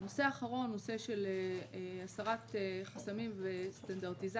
הנושא האחרון, נושא של הסרת חסמים וסטנדרטיזציה.